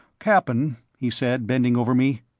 cap'n, he said, bending over me.